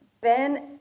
Ben